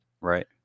Right